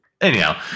anyhow